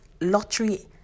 lottery